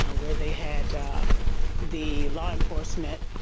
ah where they had the law enforcement,